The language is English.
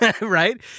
right